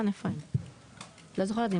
את זוכרת?